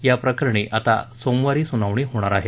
याप्रकरणी आता सोमवारी सुनावणी होणार आहे